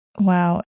Wow